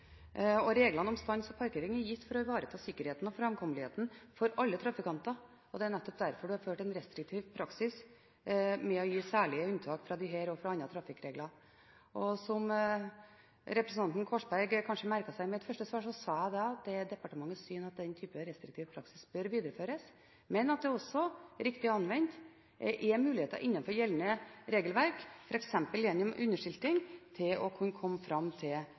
Reglene om stans og parkering er gitt for å ivareta sikkerheten og framkommeligheten for alle trafikanter, og det er nettopp derfor det er ført en restriktiv praksis når det gjelder å gi særlige unntak fra disse og fra de andre trafikkreglene. Som representanten Korsberg kanskje merket seg, sa jeg i mitt første svar at det er departementets syn at den type restriktiv praksis bør videreføres, men at det også riktig anvendt er muligheter innenfor gjeldende regelverk, f.eks. gjennom underskilting, til å kunne komme fram til